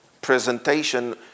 presentation